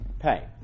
pay